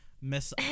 Miss